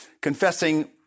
confessing